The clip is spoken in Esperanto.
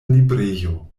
librejo